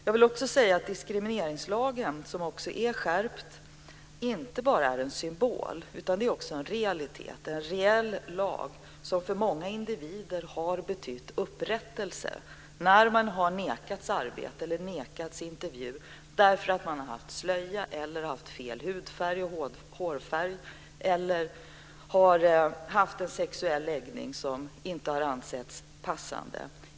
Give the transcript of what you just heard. Jag vill också säga att diskrimineringslagarna, som också har skärpts, inte bara är en symbol utan också en realitet. Det är lagar med reell innebörd, och de har för många individer betytt upprättelse när man har nekats arbete eller intervju på grund av att man burit slöja, haft fel hudfärg och hårfärg eller har haft en sexuell läggning som inte har ansetts passande.